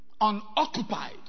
Unoccupied